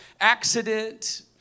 accident